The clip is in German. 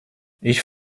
ich